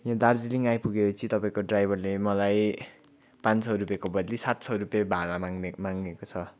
यहाँ दार्जिलिङ आइपुगेपछि तपाईँको ड्राइभरले मलाई पाँच सौ रुपियाँको बद्ली सात सौ रुपियाँ भाडा मागने मागेको छ